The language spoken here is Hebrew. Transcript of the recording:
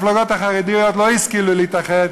דווקא המפלגות החרדיות לא השכילו להתאחד,